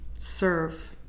serve